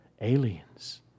Aliens